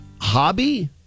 hobby